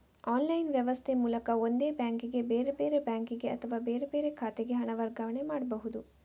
online ವ್ಯವಸ್ಥೆ ಮೂಲಕ ಒಂದೇ ಬ್ಯಾಂಕಿಗೆ, ಬೇರೆ ಬೇರೆ ಬ್ಯಾಂಕಿಗೆ ಅಥವಾ ಬೇರೆ ಬೇರೆ ಖಾತೆಗೆ ಹಣ ವರ್ಗಾವಣೆ ಮಾಡ್ಬಹುದು